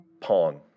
Pong